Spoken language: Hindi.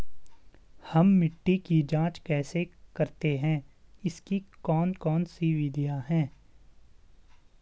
हम मिट्टी की जांच कैसे करते हैं इसकी कौन कौन सी विधियाँ है?